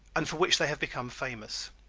and for which they have become famous.